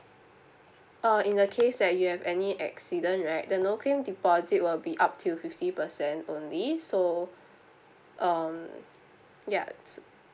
uh in the case that you have any accident right the no claim deposit will be up to fifty percent only so um ya